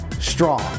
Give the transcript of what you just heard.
strong